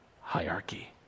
hierarchy